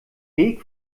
weg